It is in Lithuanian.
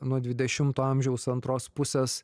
nuo dvidešimto amžiaus antros pusės